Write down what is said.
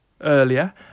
earlier